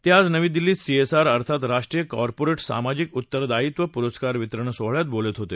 ते आज नवी दिल्लीत सीएसआर अर्थांत राष्ट्रीय कॉर्पोरेट सामाजिक उत्तरदायित्व पुरस्कार वितरण सोहळ्यात बोलत होते